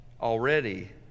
already